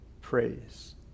praise